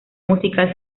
musical